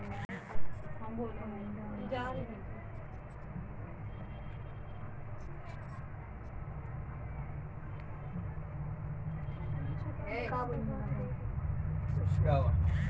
সামষ্টিক অর্থনীতি বিজ্ঞানের বিশিষ্ট একটি ভাগ যাতে জাতীয় অর্থনীতির বিশ্লেষণ করা হয়